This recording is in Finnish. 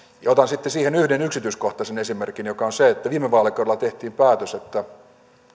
otan siihen sitten yhden yksityiskohtaisen esimerkin joka on se että viime vaalikaudella tehtiin päätös että